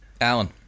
Alan